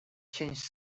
change